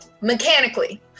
Mechanically